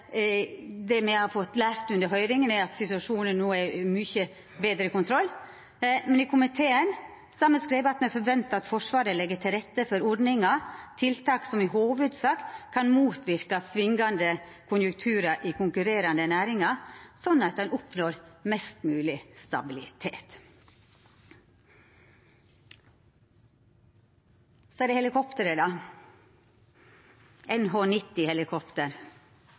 det me har fått lært under høyringa, er at situasjonen no er under mykje betre kontroll, men i komiteen har me skrive at me forventar at Forsvaret legg til rette for ordningar/tiltak som i hovudsak kan motverka svingande konjunkturar i konkurrerande næringar, sånn at ein oppnår mest mogleg stabilitet. Så er det